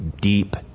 deep